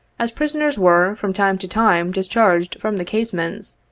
as prisoners were, from time to time, dis charged from the casemates,